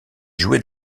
jouer